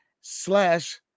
slash